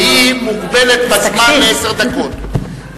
והיא מוגבלת בזמן לעשר דקות.